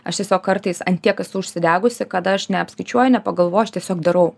aš tiesiog kartais ant tiek esu užsidegusi kad aš neapskaičiuoju nepagalvoju aš tiesiog darau